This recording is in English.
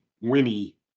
Winnie